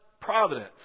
providence